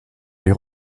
les